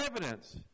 evidence